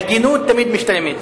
ההגינות תמיד משתלמת.